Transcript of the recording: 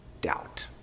doubt